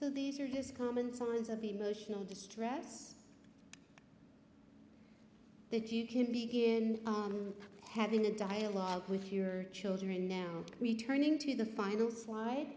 so these are just common signs of emotional distress that you can begin having a dialogue with your children now returning to the final